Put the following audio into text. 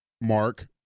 Mark